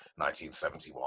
1971